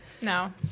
No